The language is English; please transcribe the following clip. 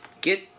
get